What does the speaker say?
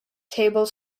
tables